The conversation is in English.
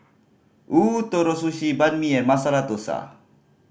Ootoro Sushi Banh Mi and Masala Dosa